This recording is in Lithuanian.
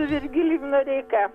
su virgilijum noreika